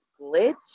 glitch